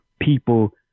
people